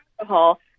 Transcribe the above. alcohol